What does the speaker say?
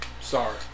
Sorry